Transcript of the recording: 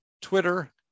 Twitter